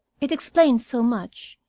it explains so much.